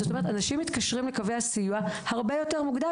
זאת אומרת שאנשים מתקשרים לקווי הסיוע הרבה יותר מוקדם